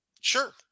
Sure